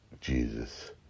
Jesus